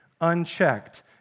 unchecked